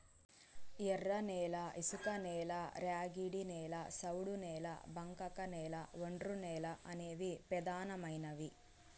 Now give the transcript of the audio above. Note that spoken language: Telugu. ఎర్రనేల, ఇసుకనేల, ర్యాగిడి నేల, సౌడు నేల, బంకకనేల, ఒండ్రునేల అనేవి పెదానమైనవి